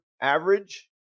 average